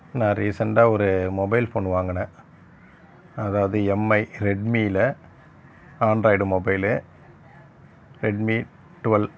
நான் ரீசெண்டாக ஒரு மொபைல் ஃபோன் வாங்கினேன் அதாவது எம்ஐ ரெட்மியில் ஆண்ட்ராய்டு மொபைலு ரெட்மி டுவல்